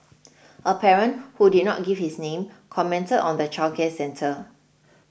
a parent who did not give his name commented on the childcare centre